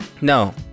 No